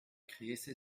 käse